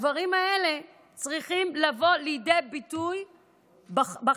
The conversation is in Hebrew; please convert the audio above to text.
הדברים האלה צריכים לבוא לידי ביטוי בחקיקה.